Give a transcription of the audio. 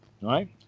Right